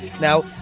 Now